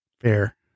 fair